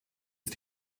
ist